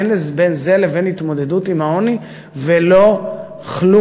אין בין זה לבין התמודדות עם העוני ולא כלום.